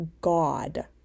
God